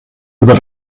über